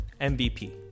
MVP